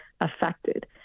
affected